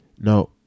No